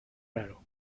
raro